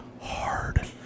hard